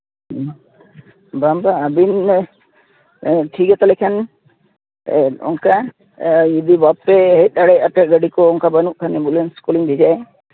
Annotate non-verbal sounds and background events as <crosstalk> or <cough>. ᱦᱩᱸ ᱵᱟᱝ ᱵᱟᱝ ᱟᱹᱵᱤᱱ <unintelligible> ᱴᱷᱤᱠᱜᱮᱭᱟ ᱛᱟᱦᱚᱞᱮ ᱠᱷᱟᱱ ᱚᱱᱠᱟ ᱡᱩᱫᱤ ᱵᱟᱯᱮ ᱦᱮᱡ ᱫᱟᱲᱮᱭᱟᱜᱼᱟ ᱮᱱᱛᱮᱫ ᱜᱟᱹᱰᱤᱠᱚ ᱚᱱᱠᱟ ᱵᱟᱹᱱᱩᱜ ᱠᱷᱟᱱ ᱮᱢᱵᱩᱞᱮᱱᱥᱠᱚᱞᱤᱧ ᱵᱷᱮᱡᱟᱭᱟ